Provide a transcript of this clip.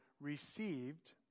received